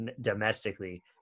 domestically